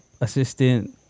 assistant